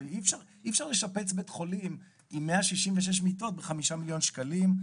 אי אפשר לשפץ בית חולים עם 166 מיטות בחמישה מיליון שקלים,